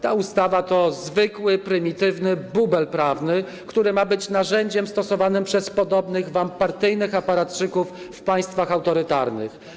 Ta ustawa to zwykły, prymitywny bubel prawny, który ma być narzędziem stosowanym przez podobnych wam partyjnych aparatczyków w państwach autorytarnych.